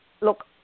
look